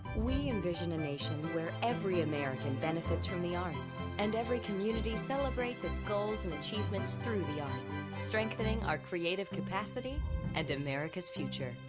we envision a nation where every american benefits from the arts, and every community celebrates its goals and achievements through the arts, strengthening our creative capacity and america's future.